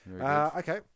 Okay